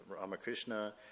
Ramakrishna